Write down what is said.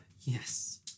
Yes